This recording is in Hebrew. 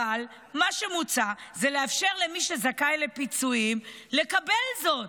אבל מה שמוצע זה לאפשר למי שזכאי לפיצויים לקבל זאת.